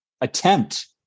attempt